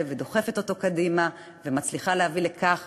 ודוחפת אותו קדימה ומצליחה להביא לכך